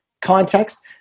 context